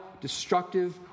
destructive